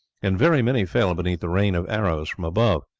and very many fell beneath the rain of arrows from above.